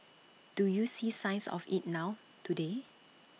do you see signs of IT now today